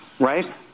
Right